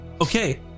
Okay